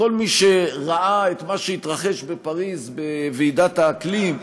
כל מי שראה את מה שהתרחש בפריז בוועידת האקלים,